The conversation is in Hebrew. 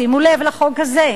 שימו לב לחוק הזה.